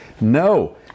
no